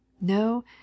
no